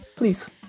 please